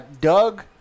Doug